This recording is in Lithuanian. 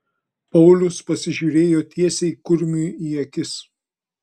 paulius pasižiūrėjo tiesiai kurmiui į akis